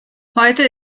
heute